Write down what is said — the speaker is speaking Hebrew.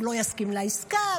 הוא לא יסכים לעסקה.